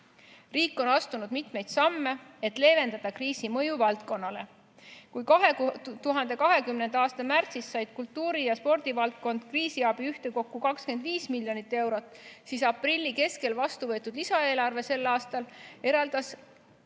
Riik on astunud mitmeid samme, et leevendada kriisi mõju valdkonnale. Kui 2020. aasta märtsis said kultuuri- ja spordivaldkond kriisiabi ühtekokku 25 miljonit eurot, siis selle aasta aprilli keskel vastu võetud lisaeelarvega eraldati